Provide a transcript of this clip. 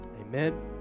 Amen